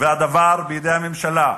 והדבר בידי הממשלה.